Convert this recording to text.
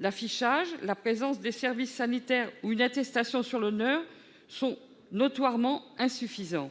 L'affichage, la présence des services sanitaires ou une attestation sur l'honneur sont notoirement insuffisants.